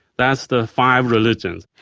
that's the five religions.